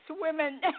women